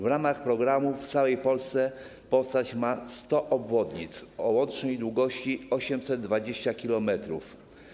W ramach programu w całej Polsce powstać ma 100 obwodnic o łącznej długości 820 km.